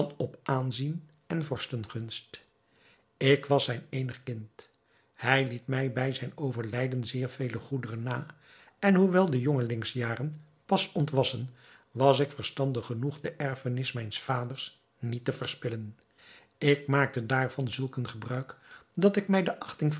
op aanzien en vorstengunst ik was zijn eenig kind hij liet mij bij zijn overlijden zeer vele goederen na en hoewel de jongelingsjaren pas ontwassen was ik verstandig genoeg de erfenis mijns vaders niet te verspillen ik maakte daarvan zulk een gebruik dat ik mij de achting